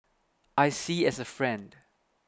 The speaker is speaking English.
I see as a friend